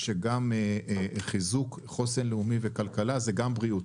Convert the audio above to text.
שגם חיזוק חוסן לאומי וכלכלה זה גם בריאות.